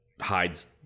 hides